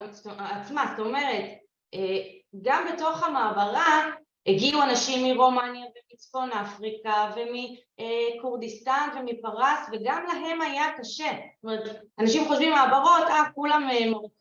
‫עצמה, זאת אומרת, גם בתוך המעברה ‫הגיעו אנשים מרומניה ומצפון אפריקה ‫ומכורדיסטן ומפרס, ‫וגם להם היה קשה. ‫זאת אומרת, אנשים חושבים במעברות, ‫אה, כולם מורכבים.